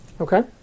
Okay